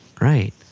Right